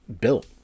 built